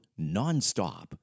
nonstop